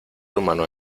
humano